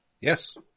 Yes